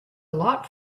lot